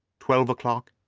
twelve struck,